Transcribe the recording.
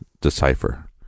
decipher